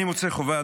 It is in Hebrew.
אני מוצא חובה,